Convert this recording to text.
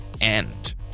end